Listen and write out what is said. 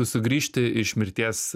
tu sugrįžti iš mirties